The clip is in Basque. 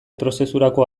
prozesurako